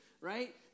right